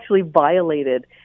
violated